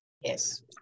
Yes